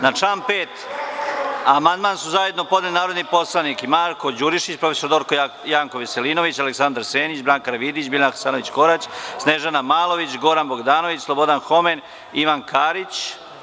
Na član 5. amandman su zajedno podneli narodni poslanici Marko Đurišić, prof. dr Janko Veselinović, Aleksandar Senić, Branka Karavidić, Biljana Hasanović Korać, Snežana Malović, Goran Bogdanović, Slobodan Homen i Ivan Karić.